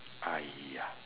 !aiya!